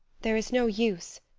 there is no use,